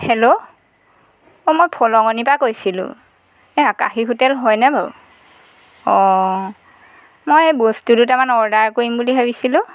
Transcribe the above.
hello অঁ মই ফলঙনি পা কৈছিলো এ আকাশী হোটেল হয়নে বাৰু অঁ মই বস্তু দুটামান অৰ্ডাৰ কৰিম বুলি ভাবিছিলো